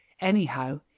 Anyhow